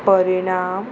परिणाम